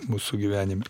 mūsų gyvenime